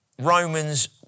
Romans